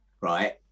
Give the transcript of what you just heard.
right